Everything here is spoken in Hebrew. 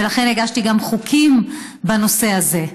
ולכן גם הגשתי חוקים בנושא הזה.